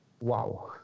Wow